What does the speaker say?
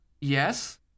yes